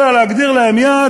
אלא להגדיר להם יעד,